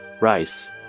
Rice